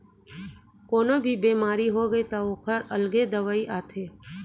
कोनो भी बेमारी होगे त ओखर अलगे दवई आथे